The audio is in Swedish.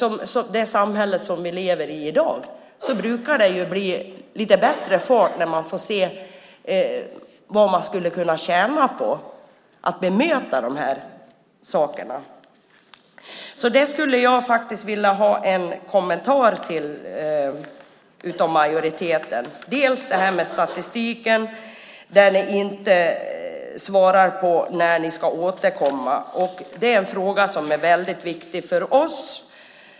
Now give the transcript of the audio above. I det samhälle vi lever i i dag brukar det bli lite bättre fart när man får se vad man skulle kunna tjäna på att bemöta de här sakerna. Jag skulle faktiskt vilja ha en kommentar på från majoriteten om det här med statistiken där ni inte svarar på när ni ska återkomma, för det är en fråga som är väldigt viktig för oss.